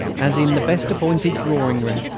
as in the best appointed drawing-room.